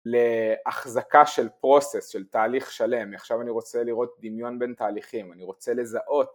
להחזקה של פרוסס של תהליך שלם עכשיו אני רוצה לראות דמיון בין תהליכים אני רוצה לזהות